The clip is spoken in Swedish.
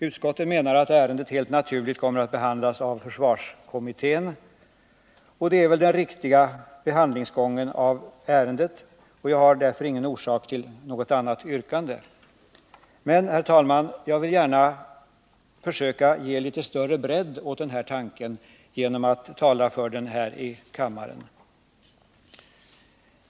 Utskottet menar att ärendet helt naturligt kommer att behandlas av försvarskommittén, och det är väl den riktiga behandlingsgången. Jag har därför inget annat yrkande. Men, herr talman, jag vill gärna försöka bredda ut denna tanke litet och tala för den här i kammaren.